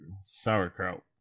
sauerkraut